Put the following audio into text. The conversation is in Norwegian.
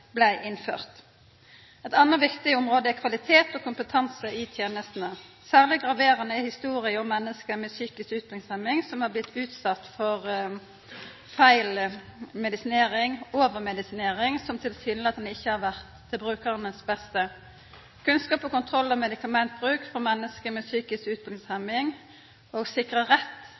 blei innførd. Eit anna viktig område er kvalitet og kompetanse i tenestene. Særleg graverande er historier om menneske med psykisk utviklingshemming som har blitt utsette for feil medisinering – overmedisinering – som tilsynelatande ikkje har vore til brukaranes beste. Kunnskap om og kontroll av medikamentbruk for menneske med psykisk utviklingshemming og slik sikra rett